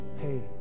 hey